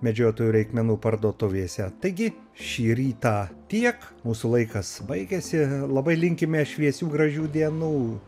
medžiotojų reikmenų parduotuvėse taigi šį rytą tiek mūsų laikas baigėsi labai linkime šviesių gražių dienų